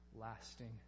lasting